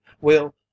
We'll—